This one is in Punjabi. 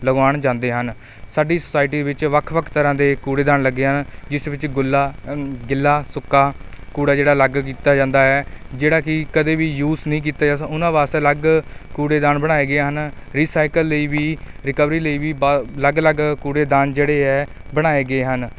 ਲਗਵਾਉਣ ਜਾਂਦੇ ਹਨ ਸਾਡੀ ਸੋਸਾਇਟੀ ਵਿੱਚ ਵੱਖ ਵੱਖ ਤਰ੍ਹਾਂ ਦੇ ਕੂੜੇਦਾਨ ਲੱਗੇ ਹਨ ਜਿਸ ਵਿੱਚ ਗਿੱਲਾ ਗਿੱਲਾ ਸੁੱਕਾ ਕੂੜਾ ਜਿਹੜਾ ਅਲੱਗ ਕੀਤਾ ਜਾਂਦਾ ਹੈ ਜਿਹੜਾ ਕਿ ਕਦੇ ਵੀ ਯੂਸ ਨਹੀਂ ਕੀਤਾ ਜਾ ਸਕਦਾ ਉਹਨਾਂ ਵਾਸਤੇ ਅਲੱਗ ਕੂੜੇਦਾਨ ਬਣਾਏ ਗਏ ਹਨ ਰੀਸਾਈਕਲ ਲਈ ਵੀ ਰਿਕਵਰੀ ਲਈ ਵੀ ਬ ਅਲੱਗ ਅਲੱਗ ਕੂੜੇਦਾਨ ਜਿਹੜੇ ਹੈ ਬਣਾਏ ਗਏ ਹਨ